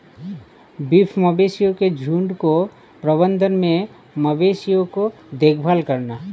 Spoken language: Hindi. बीफ मवेशियों के झुंड के प्रबंधन में मवेशियों की देखभाल करना